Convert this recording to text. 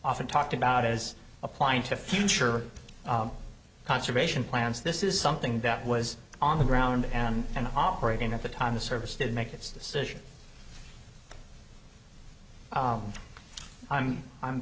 often talked about as applying to future conservation plans this is something that was on the ground and and operating at the time the service did make its decision i'm i'm